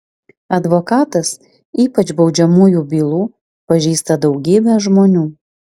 advokatas ypač baudžiamųjų bylų pažįsta daugybę žmonių